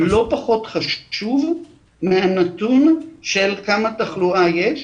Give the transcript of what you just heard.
לא פחות חשוב מהנתון של כמה תחלואה יש.